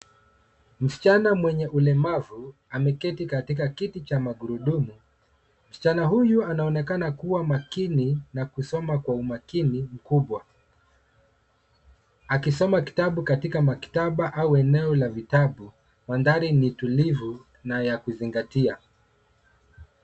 Msichana mwenye ulemavu ameketi katika kiti cha magurudumu. Msichana huyu anaonekana kuwa makini na kusoma kwa umakini mkubwa, akisoma kitabu katika maktaba au eneo la vitabu. Mandhari ni tulivu na ya kuzingatia.